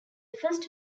first